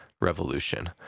revolution